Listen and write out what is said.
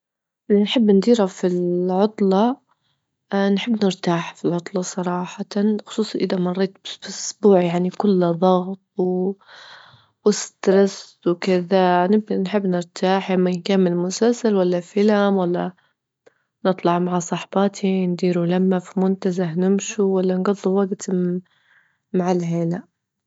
اللي نحب نديره في العطلة نحب نرتاح في العطلة صراحة، خصوصي إذا مريت بأسبوع يعني كله ضغط وكذا نحب نرتاح، إما نكمل مسلسل ولا فيلم، ولا نطلع مع صحباتي، نديروا لمة في منتزه، نمشوا، ولا نجضوا وجت مع العيلة.